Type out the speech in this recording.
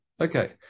Okay